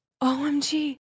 OMG